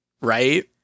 right